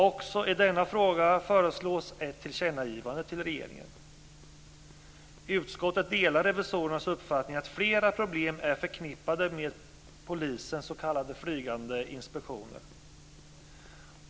Också i denna fråga föreslås ett tillkännagivande till regeringen. Utskottet delar revisorernas uppfattning att flera problem är förknippade med polisens s.k. flygande inspektioner.